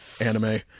anime